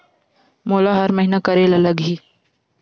मोला हर महीना करे ल लगही?